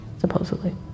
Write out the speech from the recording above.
supposedly